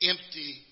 Empty